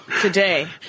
today